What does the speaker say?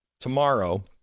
Tomorrow